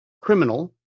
criminal